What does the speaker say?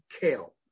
Kale